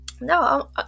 no